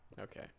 Okay